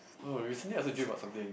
no recently I also dream about something